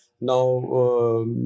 now